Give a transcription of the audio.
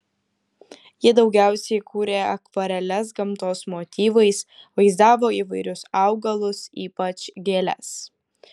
ji daugiausiai kūrė akvareles gamtos motyvais vaizdavo įvairius augalus ypač gėles